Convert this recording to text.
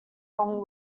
long